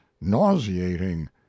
nauseating